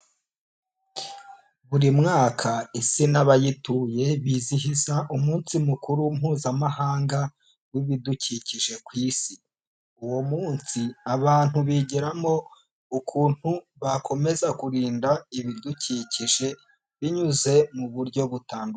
Buri mwaka Isi n'abayituye bizihiza Umunsi Mukuru Mpuzamahanga w'Ibidukikije ku Isi, uwo munsi abantu bigiramo ukuntu bakomeza kurinda ibidukikije binyuze mu buryo butandu....